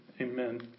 amen